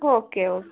okay okay